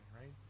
right